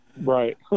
Right